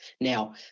Now